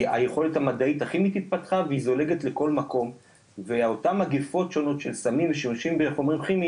היכולת הכימית התפתחה והיא זולגת לכל מקום ואותם מגפות של סמים כימיים,